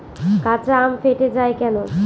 কাঁচা আম ফেটে য়ায় কেন?